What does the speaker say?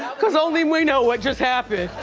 cause only we know what just happened.